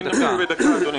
הרביזיה.